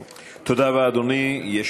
אדוני.